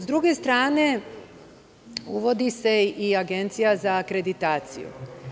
S druge strane, uvodi se i Agencija za akreditaciju.